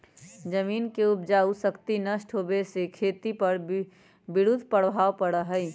जमीन के उपजाऊ शक्ति नष्ट होवे से खेती पर विरुद्ध प्रभाव पड़ा हई